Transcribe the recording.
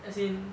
as in